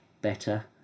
better